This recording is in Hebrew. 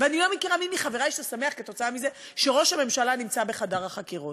ואני לא מכירה מי מחברי ששמח כתוצאה מזה שראש הממשלה נמצא בחדר החקירות.